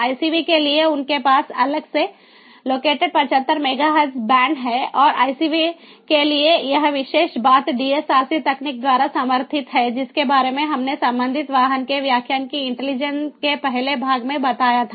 ICV के लिए उनके पास अलग से लोकेटेड 75 मेगाहर्ट्ज़ बैंड है और ICV के लिए यह विशेष बात DSRC तकनीक द्वारा समर्थित है जिसके बारे में हमने संबंधित वाहन के व्याख्यान की इंटेलिजेंट के पहले भाग में बताया था